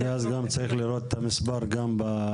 --- ואז גם צריך לראות את המספר בסירוב.